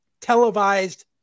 televised